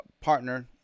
partner